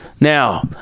Now